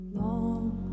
long